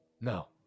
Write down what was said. No